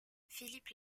philippe